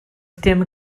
dim